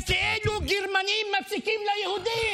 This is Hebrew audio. זה כאילו גרמנים מפסיקים ליהודים.